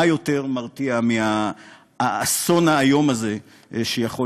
מה יותר מרתיע מהאסון האיום הזה שיכול